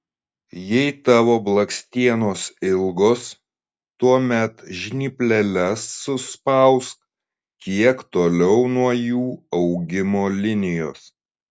jei tavo blakstienos ilgos tuomet žnypleles suspausk kiek toliau nuo jų augimo linijos